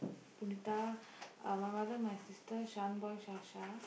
Punitha uh my mother my sister Shaan boy Shasha